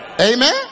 Amen